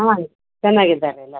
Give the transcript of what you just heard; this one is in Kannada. ಹಾಂ ರೀ ಚೆನ್ನಾಗಿದ್ದಾರೆ ಎಲ್ಲ